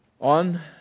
On